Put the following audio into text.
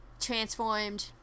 transformed